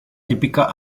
típica